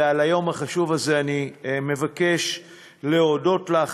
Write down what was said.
ועל היום החשוב הזה אני מבקש להודות לך,